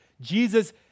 Jesus